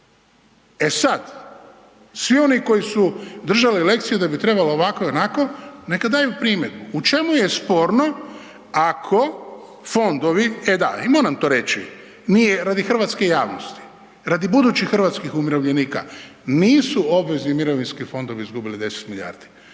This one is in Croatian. E sad, svi oni koji su držali lekciju da bi trebalo ovako ili onako, neka daju primjedbu. U čemu je sporno ako fondovi. E da, i moram to reći. Nije radi hrvatske javnosti, radi budućih hrvatskih umirovljenika. Nisu obvezni mirovinski fondovi izgubili 10 milijardi.